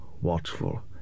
watchful